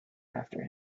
after